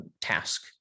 task